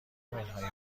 منهای